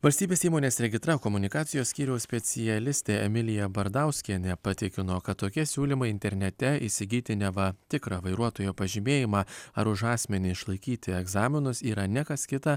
valstybės įmonės regitra komunikacijos skyriaus specialistė emilija bardauskienė patikino kad tokie siūlymai internete įsigyti neva tikrą vairuotojo pažymėjimą ar už asmenį išlaikyti egzaminus yra ne kas kita